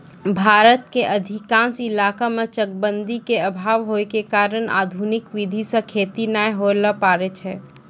भारत के अधिकांश इलाका मॅ चकबंदी के अभाव होय के कारण आधुनिक विधी सॅ खेती नाय होय ल पारै छै